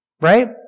right